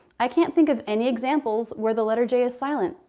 i can't think of any examples where the letter j is silent.